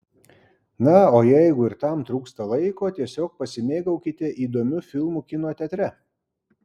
na o jeigu ir tam trūksta laiko tiesiog pasimėgaukite įdomiu filmu kino teatre